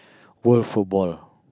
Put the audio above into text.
World Football